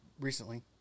recently